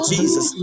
Jesus